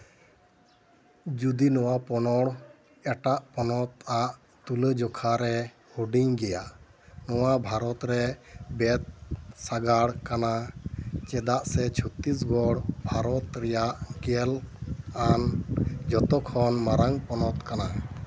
ᱡᱩᱫᱤ ᱱᱚᱣᱟ ᱯᱚᱲᱚᱱ ᱮᱴᱟᱜ ᱯᱚᱱᱚᱛᱟᱜ ᱛᱩᱞᱟᱹ ᱡᱚᱠᱷᱟᱨᱮ ᱦᱩᱰᱤᱧ ᱜᱮᱭᱟ ᱱᱚᱣᱟ ᱵᱷᱟᱨᱚᱛ ᱨᱮ ᱵᱮᱫ ᱥᱟᱸᱜᱟᱲ ᱠᱟᱱᱟ ᱪᱮᱫᱟᱜ ᱥᱮ ᱪᱷᱚᱛᱨᱤᱥᱜᱚᱲ ᱵᱷᱟᱨᱚᱛ ᱨᱮᱭᱟᱜ ᱜᱮᱞ ᱟᱱ ᱡᱚᱛᱚ ᱠᱷᱚᱱ ᱢᱟᱨᱟᱝ ᱯᱚᱱᱚᱛ ᱠᱟᱱᱟ